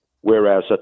whereas